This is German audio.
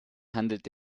handelt